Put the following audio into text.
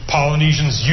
Polynesians